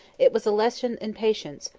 it was a lesson in patience,